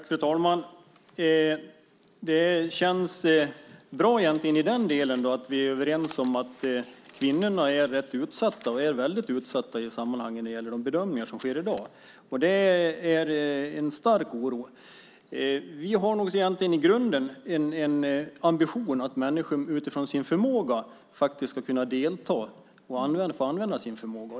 Fru talman! Det känns bra att vi är överens om att kvinnorna är väldigt utsatta när det gäller de bedömningar som görs i dag. Här känner jag en stark oro. Vi har nog egentligen i grunden en ambition att människor utifrån sin förmåga ska kunna delta och få använda sin förmåga.